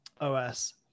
os